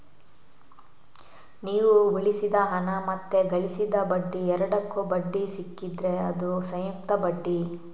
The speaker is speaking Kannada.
ನೀವು ಉಳಿಸಿದ ಹಣ ಮತ್ತೆ ಗಳಿಸಿದ ಬಡ್ಡಿ ಎರಡಕ್ಕೂ ಬಡ್ಡಿ ಸಿಕ್ಕಿದ್ರೆ ಅದು ಸಂಯುಕ್ತ ಬಡ್ಡಿ